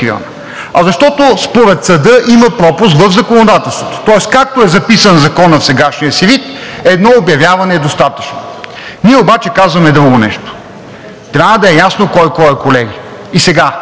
а защото според Съда има пропуск в законодателството. Тоест, както е записан Законът в сегашния си вид, едно обявяване е достатъчно. Ние обаче казваме друго нещо: трябва да е ясно кой кой е, колеги. И